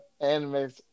Anime